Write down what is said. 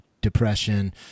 depression